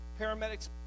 paramedics